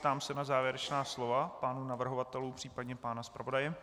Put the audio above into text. Ptám se na závěrečná slova pánů navrhovatelů, případně pana zpravodaje?